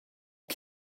che